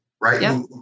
right